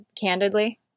candidly